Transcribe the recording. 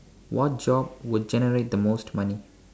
what job would generate the most money